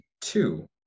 Two